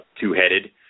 two-headed